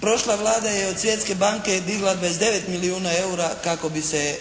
prošla Vlada je od Svjetske banke digla 29 milijuna EUR-a kako bi se,